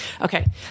okay